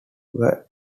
were